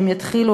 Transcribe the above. שהם יתחילו,